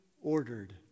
ordered